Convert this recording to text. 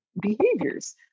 behaviors